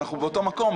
אנחנו באותו מקום,